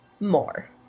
more